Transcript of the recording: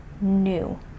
new